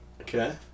okay